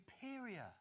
superior